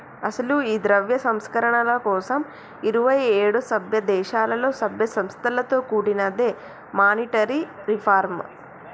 అసలు ఈ ద్రవ్య సంస్కరణల కోసం ఇరువైఏడు సభ్య దేశాలలో సభ్య సంస్థలతో కూడినదే మానిటరీ రిఫార్మ్